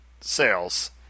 sales